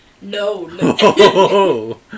No